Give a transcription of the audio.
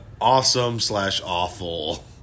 awesome-slash-awful